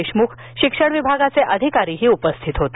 देशमुख शिक्षण विभागाचे अधिकारी उपस्थित होते